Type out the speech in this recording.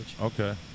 Okay